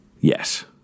yes